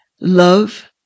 love